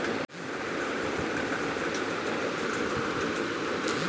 যেই জিনিসের কেনা বেচা একই দিনের মধ্যে হয় তাকে ডে ট্রেডিং বলে